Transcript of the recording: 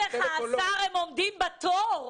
אומר לך השר שהם עומדים בתור.